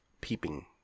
peeping